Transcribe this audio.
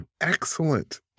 excellent